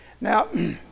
Now